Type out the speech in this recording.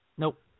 Nope